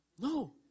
No